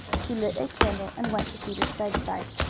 he lit a candle and went to peter's bedside.